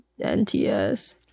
NTS